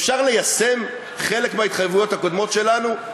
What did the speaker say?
אפשר ליישם חלק מההתחייבויות הקודמות שלנו.